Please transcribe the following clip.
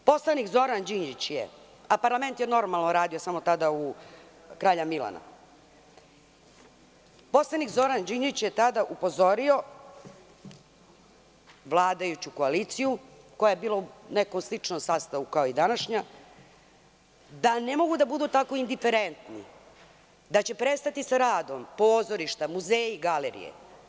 Poslanik Zoran Đinđić je, a parlament je normalno radio, samo tada u Kralja Milana, tada upozorio vladajuću koaliciju, koja je bila u nekom sličnom sastavu kao i današnja, da ne mogu da budu tako indiferentni, da će prestati sa radom pozorišta, muzeji, galerije.